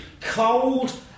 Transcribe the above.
cold